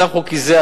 מצב חוקי זה,